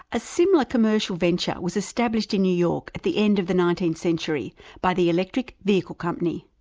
a similar commercial venture was established in new york at the end of the nineteenth century by the electric vehicles company.